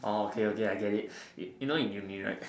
orh okay okay I get it you you know in Uni right